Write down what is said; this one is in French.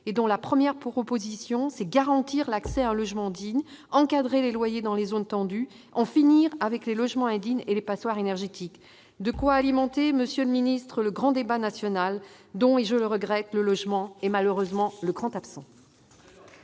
Hulot. Sa première proposition est de garantir l'accès à un logement digne, d'encadrer les loyers dans les zones tendues, d'en finir avec les logements indignes et les passoires énergétiques. Voilà de quoi alimenter, monsieur le ministre, le grand débat national, dont le logement est malheureusement le grand absent